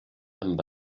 amb